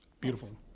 beautiful